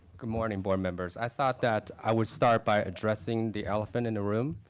good morning, board members. i thought that i would start by addressing the elephant in the room.